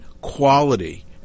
quality